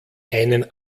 einen